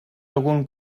algun